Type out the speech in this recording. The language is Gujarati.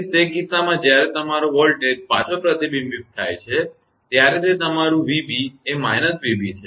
તેથી તે કિસ્સામાં જ્યારે તમારો વોલ્ટેજ પાછો પ્રતિબિંબિત થાય છે ત્યારે તે તમારું 𝑣𝑏 તે તમારું −𝑣𝑏 છે